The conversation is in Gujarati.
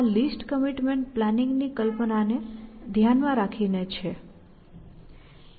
આ લીસ્ટ કમિટમેન્ટ પ્લાનિંગ ની કલ્પનાને ધ્યાનમાં રાખીને છે